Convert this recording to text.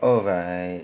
alright